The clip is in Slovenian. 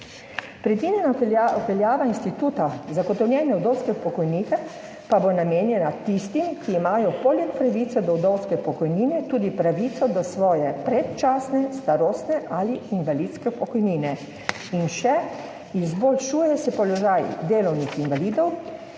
Predvidena vpeljava instituta zagotovljene vdovske pokojnine pa bo namenjena tistim, ki imajo poleg pravice do vdovske pokojnine, tudi pravico do svoje predčasne starostne ali invalidske pokojnine in še, izboljšuje se položaj delovnih invalidov,